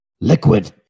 Liquid